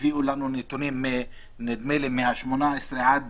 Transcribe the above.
הביאו לנו נתונים, נדמה לי, מה-18 עד